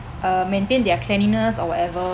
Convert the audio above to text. uh maintain their cleanliness or whatever